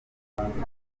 umuyobozi